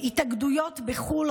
התאגדויות בחו"ל,